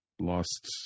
lost –